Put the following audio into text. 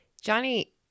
Johnny